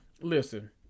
listen